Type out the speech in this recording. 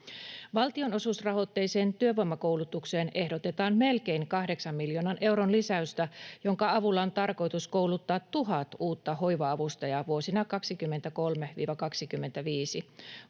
Valtionosuusrahoitteiseen työvoimakoulutukseen ehdotetaan melkein 8 miljoonan euron lisäystä, jonka avulla on tarkoitus kouluttaa 1 000 uutta hoiva-avustajaa vuosina 23—25.